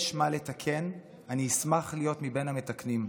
יש מה לתקן, אני אשמח להיות מבין המתקנים.